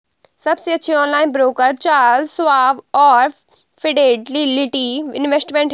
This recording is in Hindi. सबसे अच्छे ऑनलाइन ब्रोकर चार्ल्स श्वाब और फिडेलिटी इन्वेस्टमेंट हैं